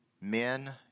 men